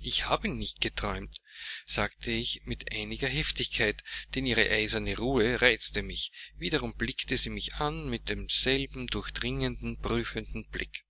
ich habe nicht geträumt sagte ich mit einiger heftigkeit denn ihre eiserne ruhe reizte mich wiederum blickte sie mich an und mit denselben durchdringenden prüfenden blicken